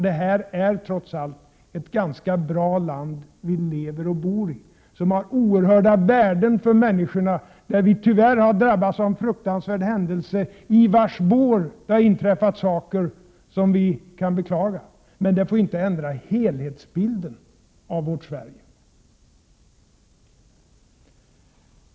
Det är trots allt ett ganska bra land vi lever och bor i — ett land som har oerhörda värden för människorna, men där vi tyvärr har drabbats av en fruktansvärd händelse i vars spår det har inträffat saker som vi kan beklaga. Men detta får inte ändra helhetsbilden av vårt Sverige.